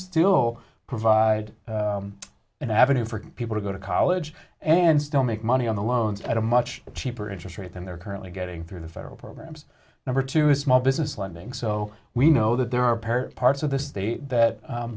still provide an avenue for people to go to college and still make money on the loans at a much cheaper interest rate than they're currently getting through the federal programs number two small business lending so we know that there are paired parts of the state that